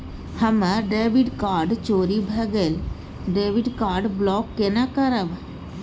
हमर debit card चोरी भगेलै डेबिट कार्ड ब्लॉक केना करब?